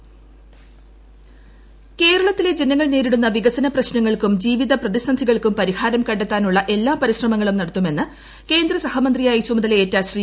Muraleedharan intro കേരളത്തിലെ ജനങ്ങൾ നേരിടുന്ന പ്രിക്സന പ്രശ്നങ്ങൾക്കും ജീവിത പ്രതിസന്ധികൾക്കും പരിഹാരം കണ്ടെത്താനുള്ള എല്ലാ പരിശ്രമങ്ങളും നടത്തുമെന്ന് കേന്ദ്ര സഹ്മന്തിയായി ചുമതലയേറ്റ ശ്രീ